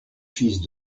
fils